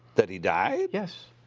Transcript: that he died? yes!